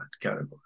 category